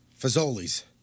Fazoli's